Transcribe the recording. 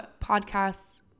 podcasts